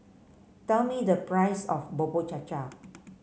tell me the price of Bubur Cha Cha